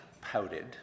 pouted